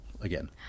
again